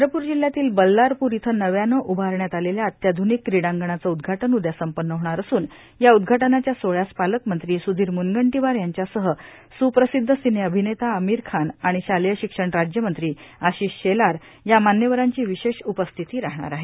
चंद्रपूर जिल्ह्यातील बल्लारपूर इथं नव्याने उभारण्यात आलेल्या अत्याध्निक क्रीडांगणाचे उद्घा न उद्या संपन्न होणार असून या उद्घा नाच्या सोहळ्यास पालकमंत्री स्धीर म्नगंतीवार यांच्यासह सुप्रसिद्ध सिने अभिनेता अमीर खान आणि शालेय शिक्षण राज्यमंत्री आशिष शेलार या मान्यवरांची विशेष उपस्थिती राहणार आहे